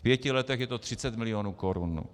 V pěti letech je to 30 milionů korun.